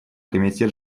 комитет